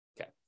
Okay